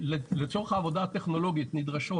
שלצורך העבודה הטכנולוגית נדרשות